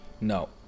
No